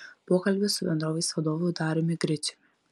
pokalbis su bendrovės vadovu dariumi griciumi